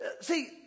See